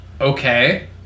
Okay